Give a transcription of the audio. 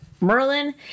Merlin